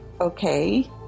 okay